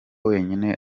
wenyine